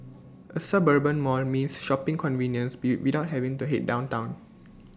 A suburban mall means shopping convenience be without having to Head downtown